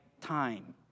time